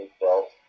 built